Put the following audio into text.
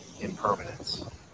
impermanence